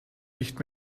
nicht